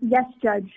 yes judge